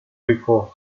rico